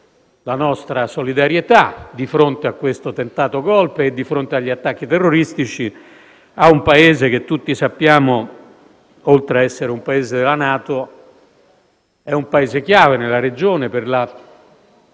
la nostra solidarietà di fronte a questo tentato *golpe* e di fronte agli attacchi terroristici ad un Paese che - tutti sappiamo - oltre a essere membro della NATO, è un Paese chiave nella Regione per